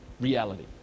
reality